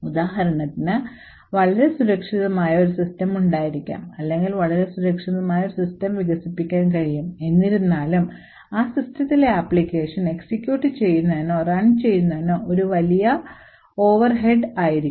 ഉദാഹരണത്തിന് വളരെ സുരക്ഷിതമായ ഒരു സിസ്റ്റം ഉണ്ടായിരിക്കാം അല്ലെങ്കിൽ വളരെ സുരക്ഷിതമായ ഒരു സിസ്റ്റം വികസിപ്പിക്കാൻ കഴിയും എന്നിരുന്നാലും ആ സിസ്റ്റത്തിലെ ഏതെങ്കിലും ആപ്ലിക്കേഷൻ എക്സിക്യൂട്ട് ചെയ്യുന്നതിനോ റൺ ചെയ്യുന്നതിനോ ഒരു വലിയ ഓവർഹെഡ് ആയിരിക്കും